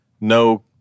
no